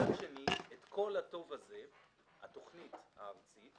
מצד שני, את כל הטוב הזה התוכנית הארצית